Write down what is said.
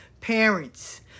parents